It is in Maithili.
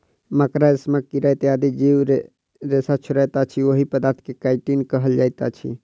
मकड़ा, रेशमक कीड़ा इत्यादि जीव जे रेशा छोड़ैत अछि, ओहि पदार्थ के काइटिन कहल जाइत अछि